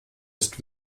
ist